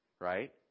right